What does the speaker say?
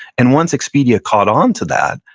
and once expedia caught on to that,